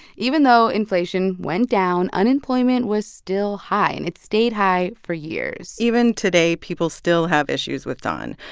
even though inflation went down, unemployment was still high. and it stayed high for years even today people still have issues with don,